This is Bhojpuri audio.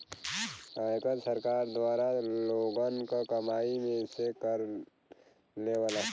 आयकर सरकार द्वारा लोगन क कमाई में से कर लेवला